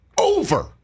Over